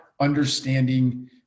understanding